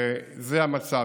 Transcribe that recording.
וזה המצב.